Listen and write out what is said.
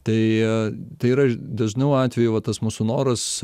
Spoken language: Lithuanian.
tai tai yra dažnu atveju va tas mūsų noras